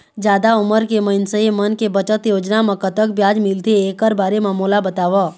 जादा उमर के मइनसे मन के बचत योजना म कतक ब्याज मिलथे एकर बारे म मोला बताव?